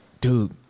dude